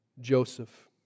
Joseph